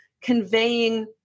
conveying